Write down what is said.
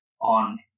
on